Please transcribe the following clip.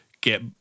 get